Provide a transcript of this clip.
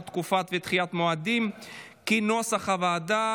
תקופות ודחיית מועדים כנוסח הוועדה.